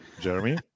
Jeremy